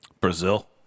Brazil